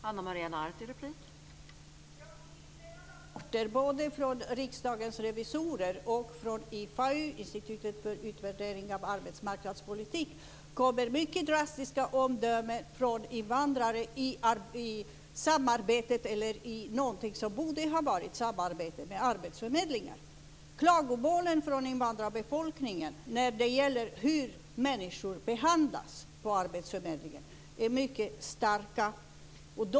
Fru talman! Jag har fått in flera rapporter från både Riksdagens revisorer och från IFAU, Institutet för arbetsmarknadspolitisk utvärdering, med mycket drastiska omdömen från invandrare om samarbetet eller om någonting som borde ha varit ett samarbete med arbetsförmedlingar. Klagomålen från invandrarbefolkningen när det gäller hur människor behandlas på arbetsförmedlingen är mycket starka.